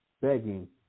begging